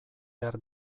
behar